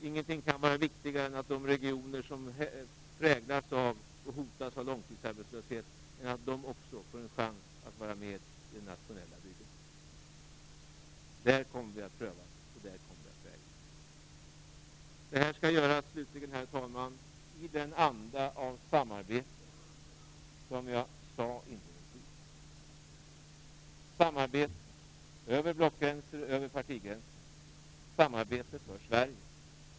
Ingenting kan vara viktigare än att se till att de regioner som präglas och hotas av långtidsarbetslöshet också får en chans att vara med i det nationella bygget. Där kommer vi att prövas, och där kommer vi att vägas. Det här skall, herr talman, göras i en anda av samarbete, som jag sade inledningsvis, samarbete över blockgränser och över partigränser, samarbete för Sverige.